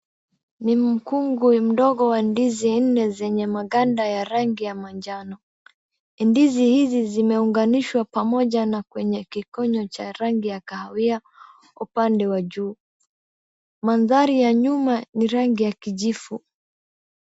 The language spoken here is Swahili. Ni mkungwi mdogo wa ndizi aina zenye maganda ya rangi ya manjano. Ndizi hizi zimeuganishwa pamoja na kwenye kikonyo cha rangi ya kahawia upande wa juu. Mandhari ya nyuma ni rangi ya kijivu.